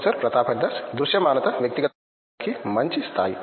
professor Pratap Haridas దృశ్యమానత వ్యక్తిగత పరిచయానికి మంచి స్థాయి